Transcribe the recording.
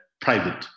private